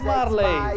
Marley